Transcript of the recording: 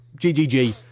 GGG